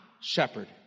shepherd